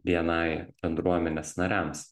bni bendruomenės nariams